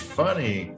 funny